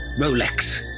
Rolex